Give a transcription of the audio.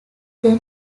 them